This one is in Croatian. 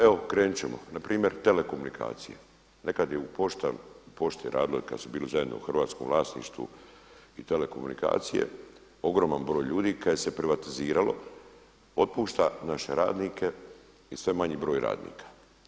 Evo krenut ćemo, npr. telekomunikacije, nekad je u Pošti radilo kada su bili zajedno u hrvatskom vlasništvu i telekomunikacije ogroman broj ljudi, kada je se privatiziralo otpušta naše radnike i sve je manji broj radnika.